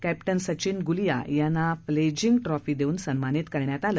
captain Sachin Gulia यांना fledging trophy देऊन सन्मानित करण्यात आलं